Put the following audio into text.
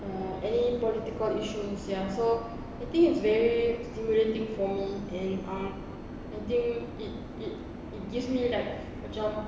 uh any political issues ya so I think it's very stimulating for me and um I think it it it gives me like macam